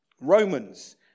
Romans